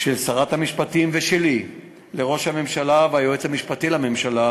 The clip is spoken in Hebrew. של שרת המשפטים ושלי לראש הממשלה וליועץ המשפטי לממשלה,